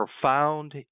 profound